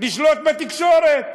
נשלוט בתקשורת.